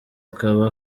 akaba